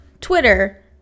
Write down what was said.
twitter